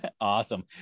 awesome